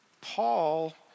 Paul